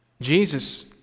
Jesus